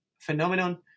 phenomenon